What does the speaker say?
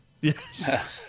Yes